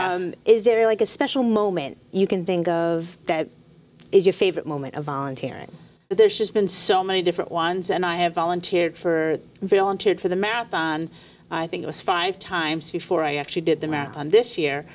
you is there like a special moment you can think of that is your favorite moment a volunteer and there's just been so many different ones and i have volunteered for villain tid for the marathon i think it was five times before i actually did the marathon this year